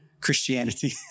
Christianity